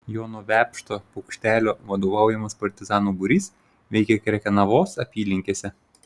jono vepšto paukštelio vadovaujamas partizanų būrys veikė krekenavos apylinkėse